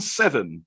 seven